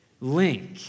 link